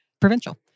provincial